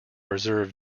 reserve